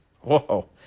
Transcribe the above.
Whoa